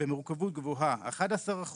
במורכבות גבוהה 11%,